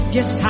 Yes